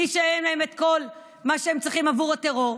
מי ישלם להם את כל מה שהם צריכים עבור הטרור?